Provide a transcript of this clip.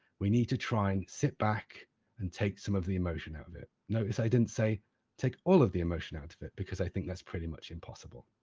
we need to try and sit back and take some of the emotion out of it. notice i didn't say take all of the emotion out of it, because i think that's pretty much impossible.